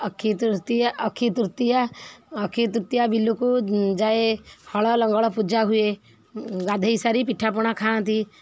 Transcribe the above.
ଅକ୍ଷିତୃତୀୟା ଅକ୍ଷିତୃତୀୟା ଅକ୍ଷୟ ତୃତୀୟା ବିଲୁକୁ ଯାଏ ହଳ ଲଙ୍ଗଳ ପୂଜା ହୁଏ ଗାଧେଇ ସାରି ପିଠାପଣା ଖାଆନ୍ତି